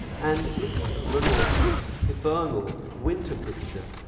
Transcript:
and looking at renoir's hibernal winter picture,